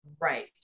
Right